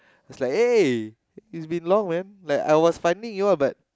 it's like eh it's been long man like I was finding y'all but